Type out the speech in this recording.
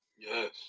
Yes